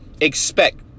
expect